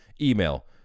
email